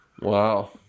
Wow